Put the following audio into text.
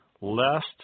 lest